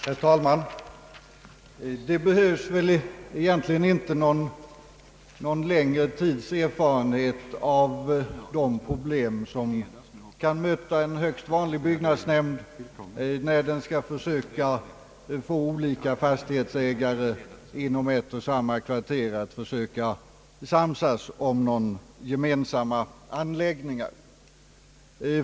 Herr talman! Det behövs väl egentligen inte någon längre tids erfarenhet av de problem som kan möta en högst vanlig byggnadsnämnd när den skall försöka få olika fastighetsägare inom samma kvarter att samsas om gemensamma anläggningar.